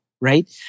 right